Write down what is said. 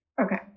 Okay